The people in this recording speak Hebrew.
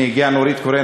הנה הגיעה נורית קורן,